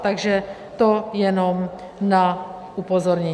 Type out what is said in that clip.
Takže to jenom na upozornění.